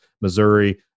Missouri